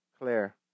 Claire